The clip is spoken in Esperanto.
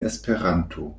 esperanto